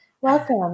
welcome